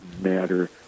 matter